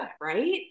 right